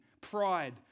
pride